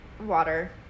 water